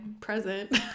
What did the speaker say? present